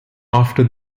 after